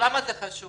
למה זה חשוב?